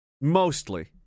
mostly